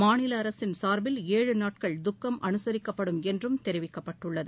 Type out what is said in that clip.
மாநில அரசின் சா்பில் ஏழு நாட்கள் துக்கம் அனுசிக்கப்படும் என்றும் தெரிவிக்கப்பட்டுள்ளது